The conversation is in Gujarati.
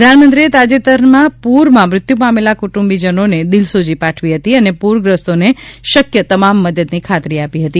પ્રધાનમંત્રીએ તાજતેરના પુરમાં મૃત્યુ પામેલાના કુટુંબીજનોને દિલસોજી પાઠવી હતી અને પુરગ્રસ્તોને શકય તમામ મદદની ખાતરી આપી હતી